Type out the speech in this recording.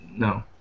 No